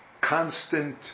constant